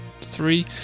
three